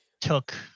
took